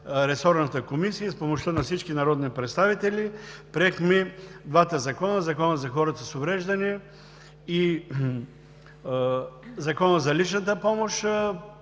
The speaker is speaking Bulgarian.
ресорната комисия и с помощта на всички народни представители приехме двата закона – Закона за хората с увреждания и Закона за личната помощ.